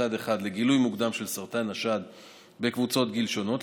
גילוי מוקדם של סרטן השד בקבוצות גיל שונות,